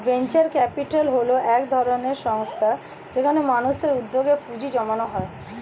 venture capital হল একটি সংস্থা যেখানে মানুষের উদ্যোগে পুঁজি জমানো হয়